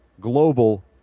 global